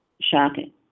shocking